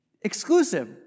exclusive